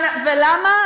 ולמה?